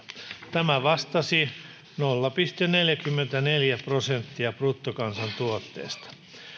tämä vastasi nolla pilkku neljäkymmentäneljä prosenttia bruttokansantuotteesta